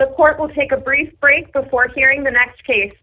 the court will take a brief break before hearing the next case